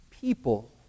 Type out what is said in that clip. people